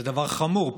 זה דבר חמור,